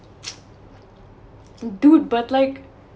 dude but like